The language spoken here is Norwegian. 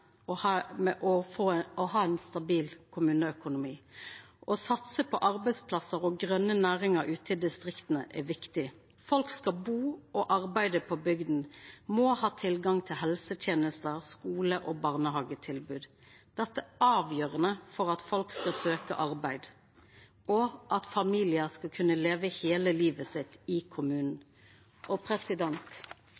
å ha ein stabil kommuneøkonomi. Å satsa på arbeidsplassar og grøne næringar ute i distrikta er viktig. Folk som skal bu og arbeida på bygda, må ha tilgang til helsetenester, skular og barnehagar. Det er avgjerande for at folk skal søkja arbeid, og at familiar skal kunna leva i kommunen heile livet.